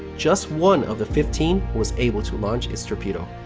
just one of the fifteen, was able to launch its torpedo.